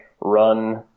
run